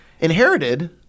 Inherited